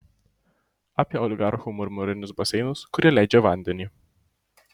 apie oligarchų marmurinius baseinus kurie leidžia vandenį